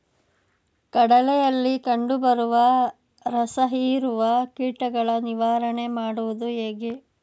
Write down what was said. ಕಡಲೆಯಲ್ಲಿ ಕಂಡುಬರುವ ರಸಹೀರುವ ಕೀಟಗಳ ನಿವಾರಣೆ ಮಾಡುವುದು ಹೇಗೆ?